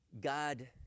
God